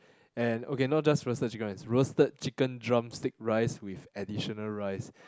and okay not just roasted chicken rice roasted chicken drumstick rice with additional rice